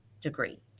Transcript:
degree